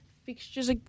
Fixtures